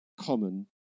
common